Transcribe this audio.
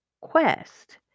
quest